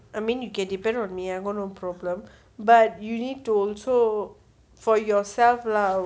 I mean you can depend on me I got no problem but you need to also for yourself lah